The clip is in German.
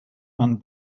man